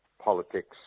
politics